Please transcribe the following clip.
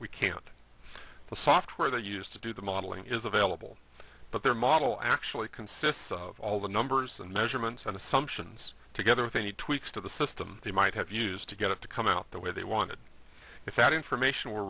we can't the software they use to do the modeling is available but their model actually consists of all the numbers and measurements and assumptions together with any tweaks to the system they might have used to get it to come out the way they wanted if that information w